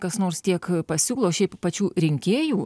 kas nors tiek pasiūlo šiaip pačių rinkėjų